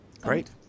great